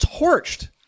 torched